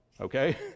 okay